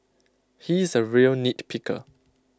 he is A real nitpicker